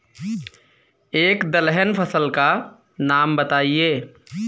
एक दलहन फसल का नाम बताइये